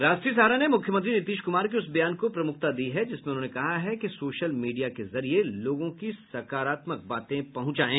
राष्ट्रीय सहारा ने मुख्यमंत्री नीतीश कुमार के उस बयान को प्रमुखता दी है जिसमें उन्होंने कहा है कि सोशल मीडिया के जरिये लोगों की सकारात्मक बातें पहुंचाये